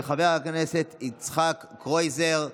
של חבר הכנסת יצחק קרויזר,